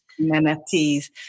NFTs